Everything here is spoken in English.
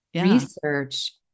research